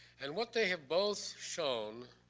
and what they have both shown